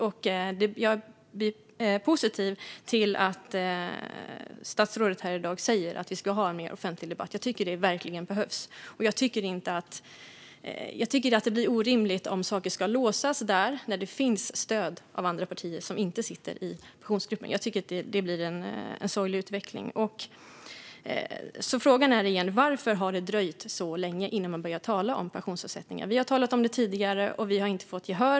Jag ställer mig positiv till att statsrådet här i dag säger att vi ska ha en mer offentlig debatt. Jag tycker verkligen att det behövs. Jag tycker att det blir orimligt om saker ska låsas till Pensionsgruppen när det finns stöd av andra partier som inte sitter där. Det blir en sorglig utveckling. Frågan är åter: Varför har det dröjt så länge innan man börjat tala om pensionsavsättningar? Vi har talat om det tidigare men har inte fått gehör.